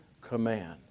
command